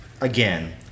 again